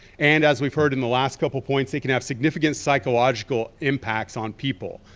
and as we've heard in the last couple of points, they can have significant psychological impacts on people.